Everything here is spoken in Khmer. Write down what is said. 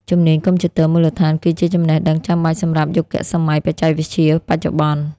ជំនាញកុំព្យូទ័រមូលដ្ឋានគឺជាចំណេះដឹងចាំបាច់សម្រាប់យុគសម័យបច្ចេកវិទ្យាបច្ចុប្បន្ន។